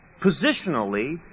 Positionally